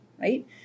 right